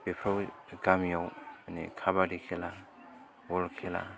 बेफ्राव गामियाव माने खाबादि खेला बल खेला